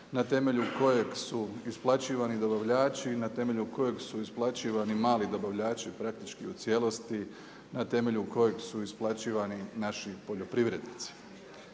na temelju kojeg su isplaćivani dobavljači i na temelju kojeg su isplaćivani mali dobavljači praktički u cijelosti, na temelju kojeg su isplaćivani naši poljoprivrednici?